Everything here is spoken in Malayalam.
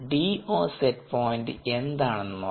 DO സെറ്റ് പോയിന്റ് എന്താണെന്ന് നോക്കാം